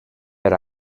per